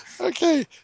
Okay